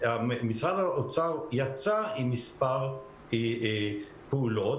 משרד האוצר עשה מספר פעולות,